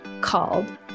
called